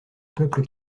peuple